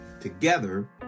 Together